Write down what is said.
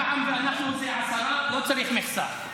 רע"מ ואנחנו זה עשרה, לא צריך מכסה.